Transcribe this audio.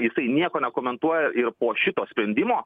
jisai nieko nekomentuoja ir po šito sprendimo